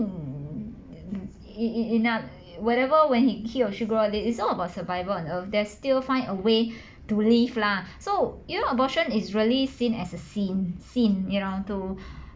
in in in a whenever when he he or she grow up is all about survival on earth they still find a way to live lah so you know abortion is really seen as a sin sin you know to